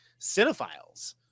cinephiles